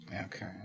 Okay